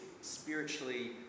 spiritually